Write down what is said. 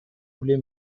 voulez